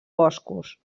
boscos